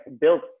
built